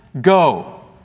go